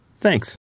Thanks